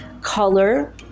color